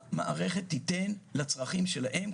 שהמערכת תיתן לצרכים שלהם.